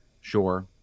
sure